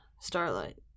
Starlight